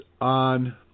on